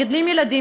מגדלים ילדים,